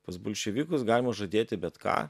pas bolševikus galima žadėti bet ką